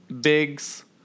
Biggs